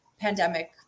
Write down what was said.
pandemic